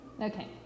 Okay